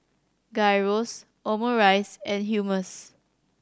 Gyros Omurice and Hummus